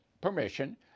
permission